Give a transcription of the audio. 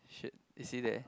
shit is he there